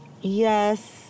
Yes